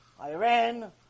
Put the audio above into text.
Iran